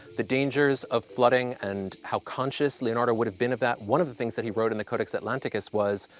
the dangers of flooding, and how conscious leonardo would have been of that one of the things that he wrote in the codex atlanticus was,